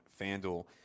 FanDuel